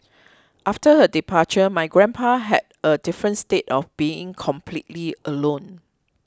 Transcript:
after her departure my grandpa had a different state of being completely alone